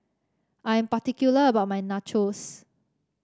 I'm particular about my Nachos